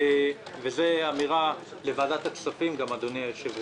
אני חושב וזו אמירה גם לוועדת הכספים,